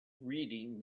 reading